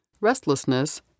restlessness